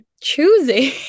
choosing